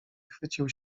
chwycił